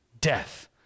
Death